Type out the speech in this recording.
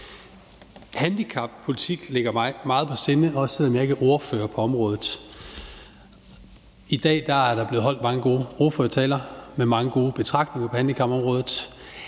Handicappolitik ligger mig meget på sinde, også selv om jeg ikke er ordfører på området. I dag er der blevet holdt mange gode ordførertaler med mange gode betragtninger på handicapområdet.